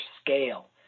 scale